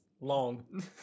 long